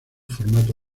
formato